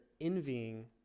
envying